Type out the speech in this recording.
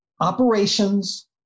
operations